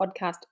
podcast